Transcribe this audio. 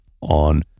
on